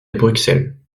bruxelles